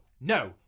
no